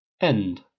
End